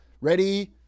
Ready